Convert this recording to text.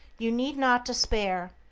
you need not despair,